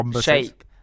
shape